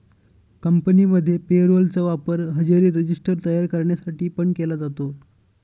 कंपनीमध्ये payroll चा वापर हजेरी रजिस्टर तयार करण्यासाठी पण केला जातो